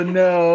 no